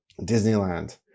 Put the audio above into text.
Disneyland